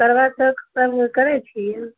करबा चौठ पाबनि करै छियै